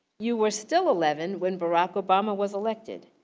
you were still eleven when barack obama was elected.